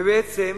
ובעצם,